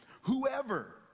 whoever